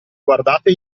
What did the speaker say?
guardate